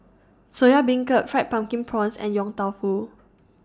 Soya Beancurd Fried Pumpkin Prawns and Yong Tau Foo